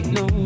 no